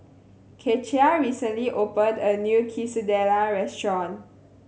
Kecia recently opened a new Quesadilla restaurant